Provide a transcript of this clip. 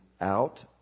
out